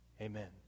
Amen